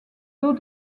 d’eau